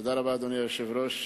תודה רבה, אדוני היושב-ראש.